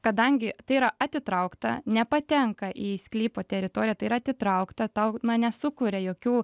kadangi tai yra atitraukta nepatenka į sklypo teritoriją tai yra atitraukta tau nesukuria jokių